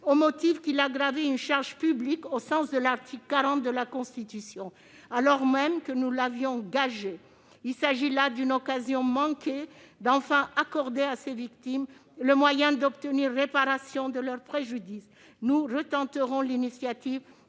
au motif qu'il aggravait une charge publique au sens de l'article 40 de la Constitution, alors même que nous l'avions gagé. Il s'agit là d'une occasion manquée d'accorder enfin à ces victimes le moyen d'obtenir réparation de leur préjudice. Nous renouvellerons cette initiative